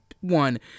one